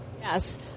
Yes